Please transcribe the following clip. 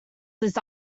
this